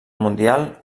mundial